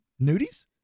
Nudies